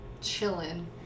chilling